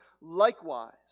likewise